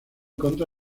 contra